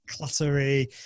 cluttery